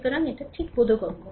সুতরাং এটা ঠিক বোধগম্য